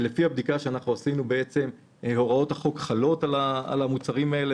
לפי הבדיקה שערכנו הוראות החוק חלות על המוצרים האלה